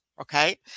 okay